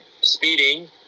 speeding